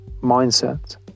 mindset